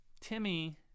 Timmy